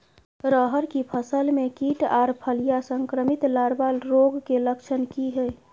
रहर की फसल मे कीट आर फलियां संक्रमित लार्वा रोग के लक्षण की हय?